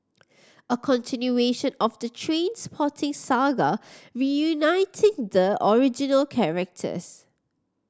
a continuation of the Trainspotting saga reuniting the original characters